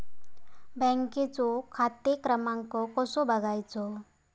बँकेचो खाते क्रमांक कसो बगायचो?